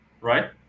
right